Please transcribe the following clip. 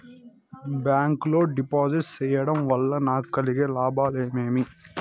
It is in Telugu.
బ్యాంకు లో డిపాజిట్లు సేయడం వల్ల నాకు కలిగే లాభాలు ఏమేమి?